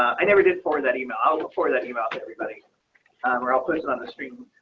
i never did for that email ah before that email everybody we're all pushing on the stream.